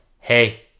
Hey